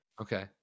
Okay